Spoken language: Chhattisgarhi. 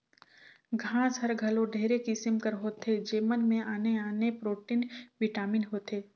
घांस हर घलो ढेरे किसिम कर होथे जेमन में आने आने प्रोटीन, बिटामिन होथे